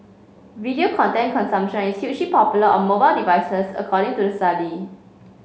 video content consumption is huge popular on mobile devices according to the study